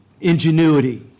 ingenuity